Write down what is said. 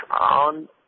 on